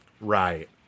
right